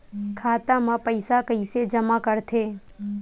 खाता म पईसा कइसे जमा करथे?